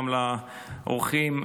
גם לאורחים,